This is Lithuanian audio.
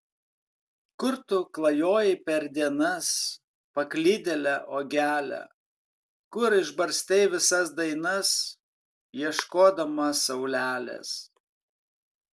kur tu klajojai per dienas paklydėle uogele kur išbarstei visas dainas ieškodama saulelės